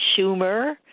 Schumer